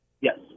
Yes